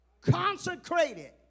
consecrated